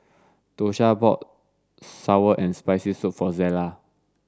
Dosha bought sour and spicy soup for Zella